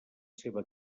seva